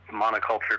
monoculture